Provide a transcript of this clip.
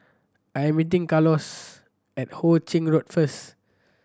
I am meeting Carlos at Ho Ching Road first